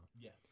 Yes